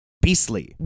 Beastly